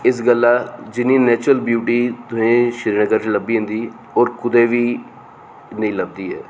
इस गल्लै जिन्नी नेचुरल ब्यूटी तुसेंगी श्रीनगर च लब्भी जंदी होर कुदै बी नेई लभदी ऐ